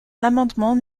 l’amendement